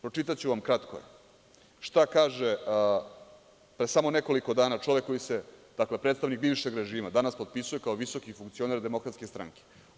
Pročitaću vam, kratko je, šta kaže pre samo nekoliko dana čovek koji se, dakle, predstavnik bivšeg režima, danas potpisuje kao visoki funkcioner DS.